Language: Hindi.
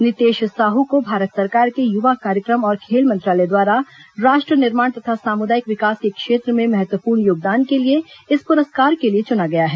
नितेश साहू को भारत सरकार के युवा कार्यक्रम और खेल मंत्रालय द्वारा राष्ट्र निर्माण तथा सामुदायिक विकास के क्षेत्र में महत्वपूर्ण योगदान के लिए इस पुरस्कार के लिए चुना गया है